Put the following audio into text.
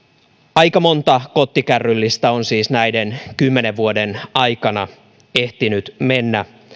aika monta kottikärryllistä on siis näiden kymmenen vuoden aikana ehtinyt mennä